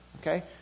okay